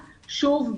שוב,